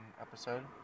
episode